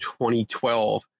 2012